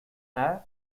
air